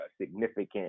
significant